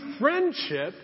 friendship